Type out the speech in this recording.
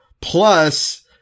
plus